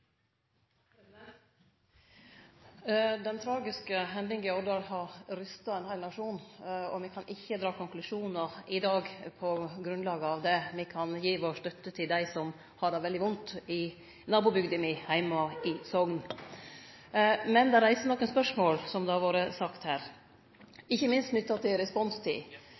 Den tragiske hendinga i Årdal har skaka ein heil nasjon. Me kan ikkje dra konklusjonar i dag på grunnlag av det. Me kan gje vår støtte til dei som har det veldig vondt i nabobygda mi, heime i Sogn. Men det reiser nokre spørsmål, som det har vore sagt her, ikkje minst knytt til